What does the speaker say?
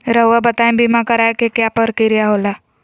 रहुआ बताइं बीमा कराए के क्या प्रक्रिया होला?